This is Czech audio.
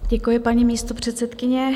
Děkuji, paní místopředsedkyně.